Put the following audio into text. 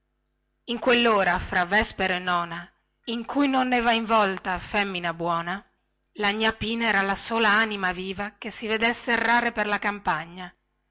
in quellora fra vespero e nona in cui non ne va in volta femmina buona la gnà pina era la sola anima viva che si vedesse errare per la campagna